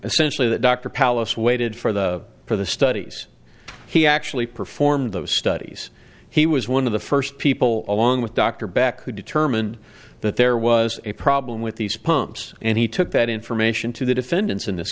tially the doctor palace waited for the for the studies he actually performed those studies he was one of the first people along with dr back who determined that there was a problem with these pumps and he took that information to the defendants in this